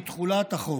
מתחולת החוק,